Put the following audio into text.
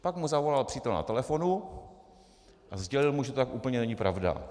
Pak mu zavolal přítel na telefonu a sdělil mu, že to tak úplně není pravda.